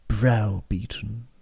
brow-beaten